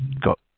got